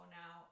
now